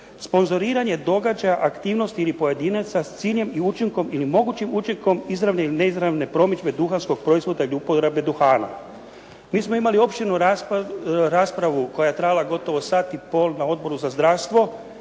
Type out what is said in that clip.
sponzoriranje događaja, aktivnosti ili pojedinaca s ciljem i učinkom ili mogućim učinkom izravne ili neizravne promidžbe duhanskog proizvoda i uporabe duhana. Mi smo imali opširnu raspravu koja je trajala gotovo sat i pol na Odboru za zdravstvo